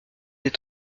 des